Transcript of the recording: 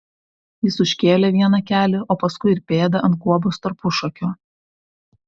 jis užkėlė vieną kelį o paskui ir pėdą ant guobos tarpušakio